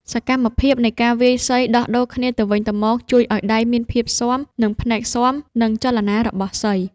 សកម្មភាពនៃការវាយសីដោះដូរគ្នាទៅវិញទៅមក ជួយឱ្យដៃមានភាពស៊ាំ និងភ្នែកស៊ាំនឹងចលនារបស់សី។